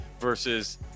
versus